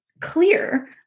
clear